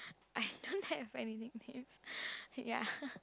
I don't have any nicknames ya